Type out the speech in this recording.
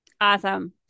Awesome